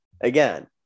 again